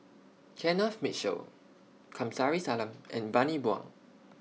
Kenneth Mitchell Kamsari Salam and Bani Buang